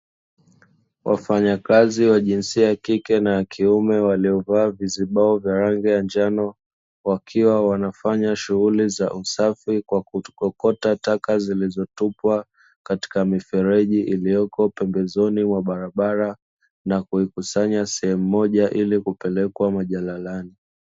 Wafanyakazi wa jinsia yakike na yakiume waliovaa vizibao vya rangi ya njano, wakiwa wanafanya shughuli za usafi kwa kuokota taka zilizotupwa katika mifereji iliyoko pembezoni mwa barabara na kuikusanya sehemu moja ili kupelekwa majalalani.